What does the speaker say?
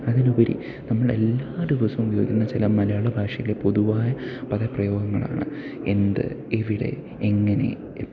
അതിലുപരി നമ്മൾ എല്ലാ ദിവസവും ഉപയോഗിക്കുന്ന ചില മലയാള ഭാഷയിലെ പൊതുവായ പദപ്രയോഗങ്ങളാണ് എന്ത് എവിടെ എങ്ങനെ